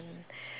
and